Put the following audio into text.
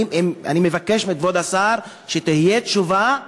אני מבקש מכבוד השר שתהיה תשובה.